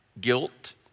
guilt